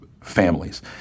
families